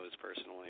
personally